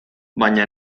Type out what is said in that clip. baina